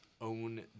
own